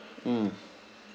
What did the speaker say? mm